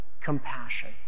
compassion